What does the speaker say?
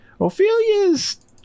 Ophelia's